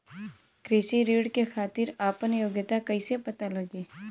कृषि ऋण के खातिर आपन योग्यता कईसे पता लगी?